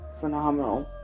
phenomenal